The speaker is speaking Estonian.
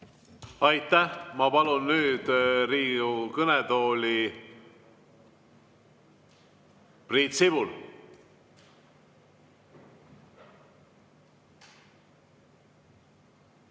Aitäh! Ma palun nüüd Riigikogu kõnetooli Priit Sibula.